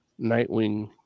Nightwing